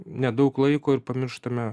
nedaug laiko ir pamirštame